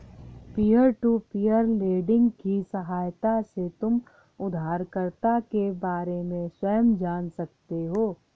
peer to peer lending की सहायता से तुम उधारकर्ता के बारे में स्वयं जान सकते हो